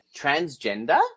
transgender